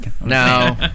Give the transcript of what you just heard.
No